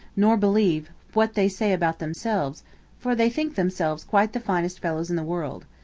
nor believe what they say about themselves for they think themselves quite the finest fellows in the world.